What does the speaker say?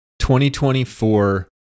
2024